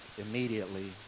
immediately